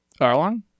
Arlong